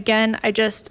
again i just